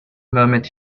moment